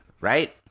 right